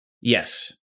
Yes